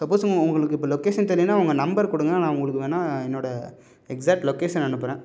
suppose உ உங்களுக்கு இப்போ லொக்கேஷன் தெர்லைன்னா உங்கள் நம்பர் கொடுங்க நான் உங்களுக்கு வேணா என்னோட எக்ஸாக்ட் லொக்கேஷன் அனுப்புறேன்